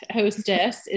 hostess